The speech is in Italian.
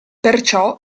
perciò